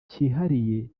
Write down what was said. kihariye